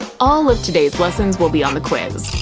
all of today's lesson will be on the quiz.